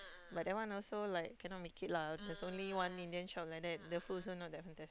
but that one also like cannot make it lah there's only one Indian shop like that the food also not that fantastic